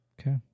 Okay